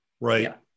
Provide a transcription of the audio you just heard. right